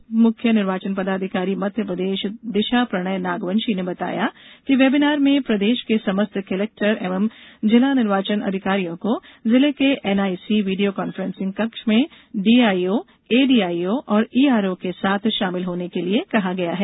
उप मुख्य निर्वाचन पदाधिकारी मध्यप्रदेश दिशा प्रणय नागवंशी ने बताया कि वेबिनार में प्रदेश के समस्त कलेक्टर एवं जिला निर्वाचन अधिकारियों को जिले के एनआईसी वीडियो कॉन्फ्रेंसिंग कक्ष में डीआईओ एडीआईओ एवं ईआरओ के साथ शामिल होने के लिए कहा गया है